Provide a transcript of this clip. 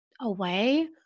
away